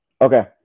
Okay